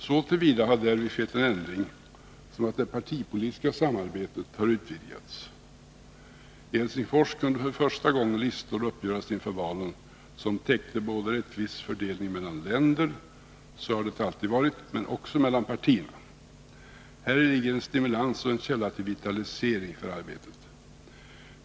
Så till vida har därvid skett en ändring som att det partipolitiska samarbetet har utvidgats. I Helsingfors kunde för första gången listor uppgöras inför valen som täckte både rättvis fördelning mellan länder —så har det alltid varit — men också mellan partierna. Häri ligger en stimulans och en källa till vitalisering av arbetet.